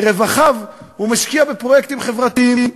מרווחיו הוא משקיע בפרויקטים חברתיים.